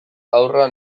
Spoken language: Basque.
haurra